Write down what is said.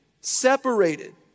separated